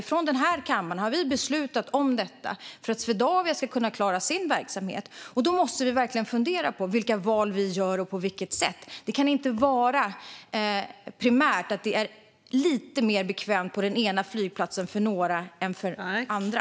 I den här kammaren har vi beslutat om detta för att Swedavia ska klara sin verksamhet. Då måste vi verkligen fundera på vilka val vi gör och på vilket sätt. Det kan inte primärt handla om att det är lite bekvämare på den ena flygplatsen för några än för andra.